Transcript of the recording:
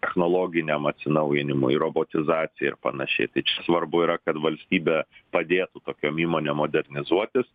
technologiniam atsinaujinimui robotizacijai ir panašiai tai čia svarbu yra kad valstybė padėtų tokiom įmonėm modernizuotis